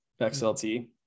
XLT